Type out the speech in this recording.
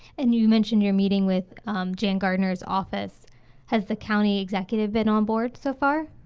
and you mentioned your meeting with jan gardner's office has the county executive been on board so far